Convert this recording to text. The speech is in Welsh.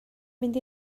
mynd